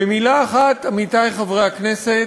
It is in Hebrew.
במילה אחת, עמיתי חברי הכנסת,